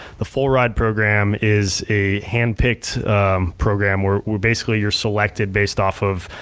the full ride program is a hand-picked program where where basically you're selected based off of